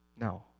No